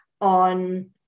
on